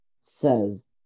says